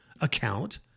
account